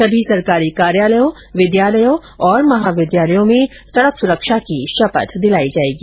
सभी सरकारी कार्यालयों विद्यालयों और महाविद्यालयों में सड़क सुरक्षा की शपथ दिलाई जाएगी